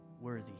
worthy